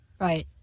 Right